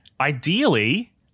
ideally